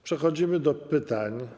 Przechodzimy do pytań.